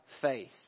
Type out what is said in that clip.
faith